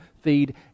feed